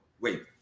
Wait